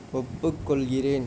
ஒப்புக்கொள்கிறேன்